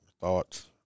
thoughts